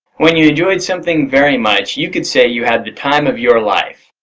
when you enjoyed something very much, you could say you had the time of your life.